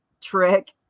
trick